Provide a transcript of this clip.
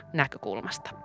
näkökulmasta